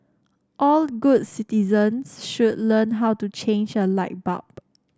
all good citizens should learn how to change a light bulb